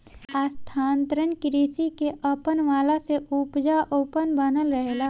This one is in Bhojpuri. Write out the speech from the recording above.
स्थानांतरण कृषि के अपनवला से उपजाऊपन बनल रहेला